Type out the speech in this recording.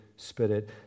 Spirit